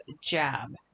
jab